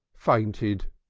fainted!